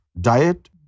diet